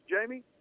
Jamie